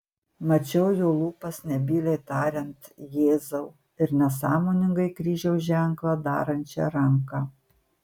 mačiau jo lūpas nebyliai tariant jėzau ir nesąmoningai kryžiaus ženklą darančią ranką